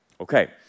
Okay